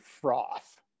Froth